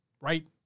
Right